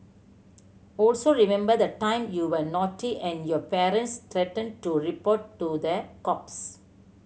also remember the time you were naughty and your parents threatened to report to the cops